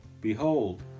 Behold